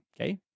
okay